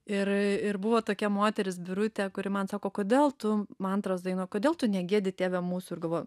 ir ir buvo tokia moteris birutė kuri man sako kodėl tu mantras dainuoji kodėl tu negiedi tėve mūsų ir galvoju